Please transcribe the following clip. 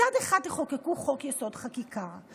מצד אחד תחוקקו חוק-יסוד: חקיקה,